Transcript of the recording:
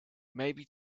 maybe